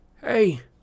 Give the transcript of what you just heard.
Hey